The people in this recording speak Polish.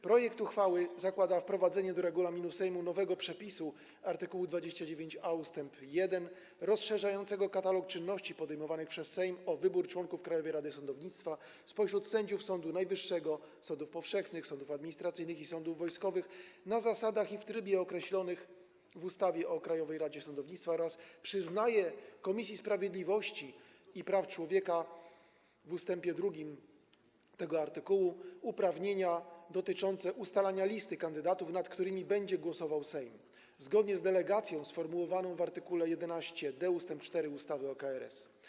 Projekt uchwały zakłada wprowadzenie do regulaminu Sejmu nowego przepisu - art. 29a ust. 1 rozszerzającego katalog czynności podejmowanych przez Sejm o wybór członków Krajowej Rady Sądownictwa spośród sędziów Sądu Najwyższego, sądów powszechnych, sądów administracyjnych i sądów wojskowych, na zasadach i w trybie określonych w ustawie o Krajowej Radzie Sądownictwa, oraz przyznaje Komisji Sprawiedliwości i Praw Człowieka w ust. 2 tego artykułu uprawnienia dotyczące ustalania listy kandydatów, nad którymi będzie głosował Sejm zgodnie z delegacją sformułowaną w art. 11d ust. 4 ustawy o KRS.